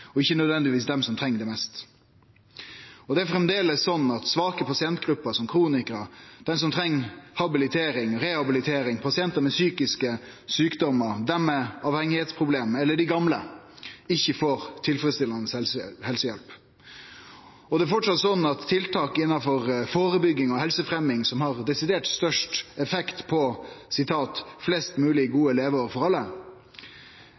og ikkje nødvendigvis dei som treng det mest. Det er framleis slik at svake pasientgrupper som kronikarar, dei som treng habilitering eller rehabilitering, pasientar med psykiske sjukdomar, dei med misbruksproblem eller dei gamle ikkje får tilfredsstillande helsehjelp. Det er framleis slik at tiltak innanfor førebygging og helsefremming, som har desidert størst effekt på «flest mulig gode leveår for alle»,